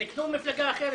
אז תקנו מפלגה אחרת.